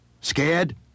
Scared